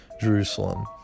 Jerusalem